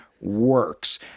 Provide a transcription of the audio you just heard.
works